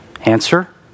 Answer